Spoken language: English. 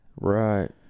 Right